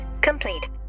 complete